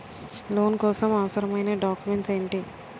Loan కోసం అవసరమైన documents ఎంటి?